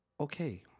Okay